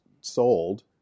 sold